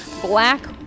black